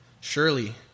Surely